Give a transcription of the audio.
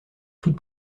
tout